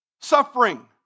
suffering